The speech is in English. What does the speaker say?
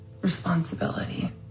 responsibility